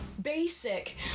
Basic